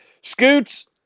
Scoots